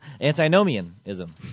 antinomianism